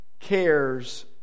cares